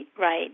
right